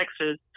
Texas